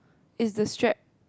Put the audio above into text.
is the strap